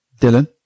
Dylan